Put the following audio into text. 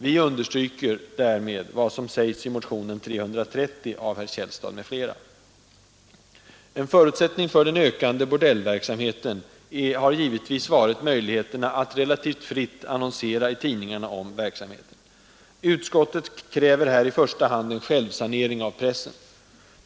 Vi understryker därmed vad som sägs i motionen 330 av herr Källstad m.fl. En förutsättning för den ökade bordellverksamheten har givetvis varit möjligheterna att relativt fritt annonsera i tidningarna om verksamheten. Utskottet kräver här i första hand en självsanering av pressen.